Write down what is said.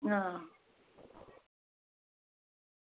आं